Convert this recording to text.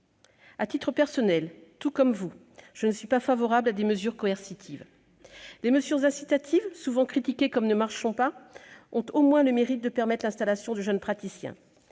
À titre personnel, et comme vous, je suis défavorable aux mesures coercitives. Les mesures incitatives, souvent critiquées comme « ne marchant pas », ont au moins le mérite de permettre l'installation de jeunes praticiens.